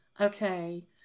Okay